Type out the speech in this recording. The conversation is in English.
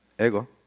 ego